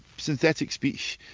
synthetic speech,